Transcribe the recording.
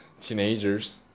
teenagers